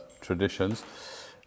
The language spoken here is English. traditions